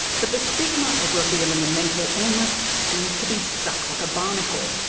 but the stigma of revealing a mental illness seems to be stuck like a barnacle,